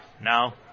Now